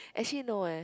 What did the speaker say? actually no eh